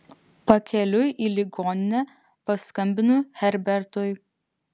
pakeliui į ligoninę paskambinu herbertui